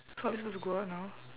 so are we supposed to go out now